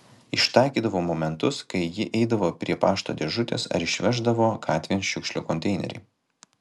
ištaikydavau momentus kai ji eidavo prie pašto dėžutės ar išveždavo gatvėn šiukšlių konteinerį